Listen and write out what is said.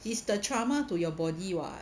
it's the trauma to your body [what]